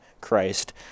Christ